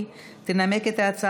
מנשק את הארץ,